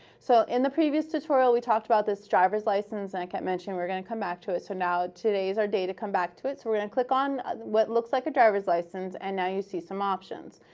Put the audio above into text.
so in the previous tutorial, we talked about this driver's license. and i kept mentioning we're going to come back to it. so now, today is our day to come back to it. we're going to click on what looks like a driver's license, and now you see some options.